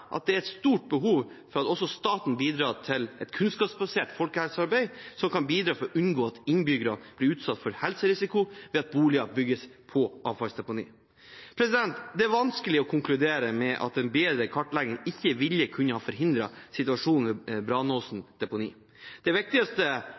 at det er et stort behov for at også staten bidrar til et kunnskapsbasert folkehelsearbeid som kan bidra til å unngå at innbyggere blir utsatt for helserisiko ved at boliger bygges på avfallsdeponier. Det er vanskelig å konkludere med at en bedre kartlegging ikke kunne ha forhindret situasjonen ved